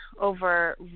over